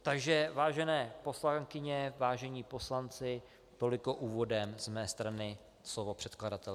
Takže vážené poslankyně, vážení poslanci, toliko úvodem z mé strany slovo předkladatele.